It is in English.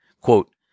quote